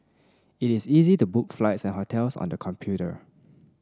it is easy to book flights and hotels on the computer